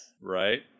right